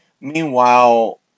Meanwhile